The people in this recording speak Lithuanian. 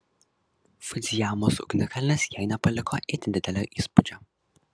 fudzijamos ugnikalnis jai nepaliko itin didelio įspūdžio